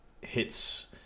hits